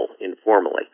informally